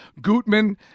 Gutman